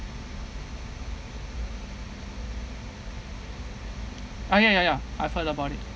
ah ya ya ya I've heard about it